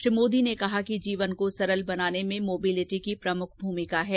श्री मोदी ने कहा कि जीवन को सरल बनाने में मोबिलिटी की प्रमुख भूमिका है